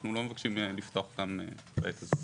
אנחנו לא מבקשים לפתוח אותם בעת הזאת.